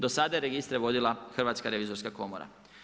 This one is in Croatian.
Dosada je registre vodila Hrvatska revizorska komora.